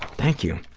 thank you.